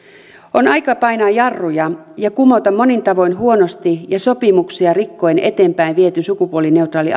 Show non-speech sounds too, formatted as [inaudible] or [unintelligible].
on aika painaa jarruja ja kumota monin tavoin huonosti ja sopimuksia rikkoen eteenpäinviety sukupuolineutraali [unintelligible]